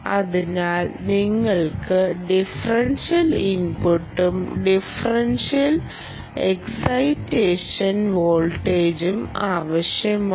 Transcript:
അതിനാൽ നിങ്ങൾക്ക് ഡിഫറൻഷ്യൽ ഇൻപുട്ടും ബ്രിഡ്ജ് എക്സൈറ്റേഷൻ വോൾട്ടേജും ആവശ്യമാണ്